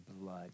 blood